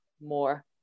more